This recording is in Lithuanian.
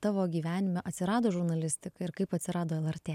tavo gyvenime atsirado žurnalistika ir kaip atsirado lrt